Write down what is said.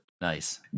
Nice